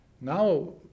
Now